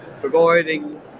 providing